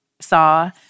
Saw